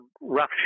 rough